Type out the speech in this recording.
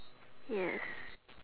yes